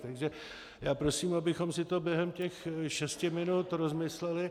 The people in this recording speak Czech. Takže prosím, abychom si to během těch šesti minut rozmysleli.